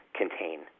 contain